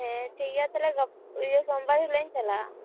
ᱦᱮᱸ ᱴᱷᱤᱠ ᱜᱮᱭᱟ ᱛᱟᱦᱚᱞᱮ ᱜᱟᱯ ᱤᱭᱟ ᱥᱚᱢᱵᱟᱨ ᱦᱤᱞᱳᱜ ᱤᱧ ᱪᱟᱞᱟᱜ ᱟ